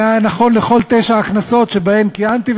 זה היה נכון לכל תשע הכנסות שבהן כיהנתי,